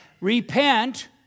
repent